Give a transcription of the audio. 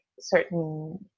Certain